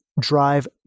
Drive